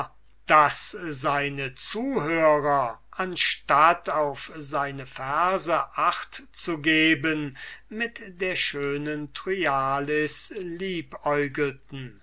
daß seine zuhörer anstatt auf seine verse acht zu geben mit der schönen thryallis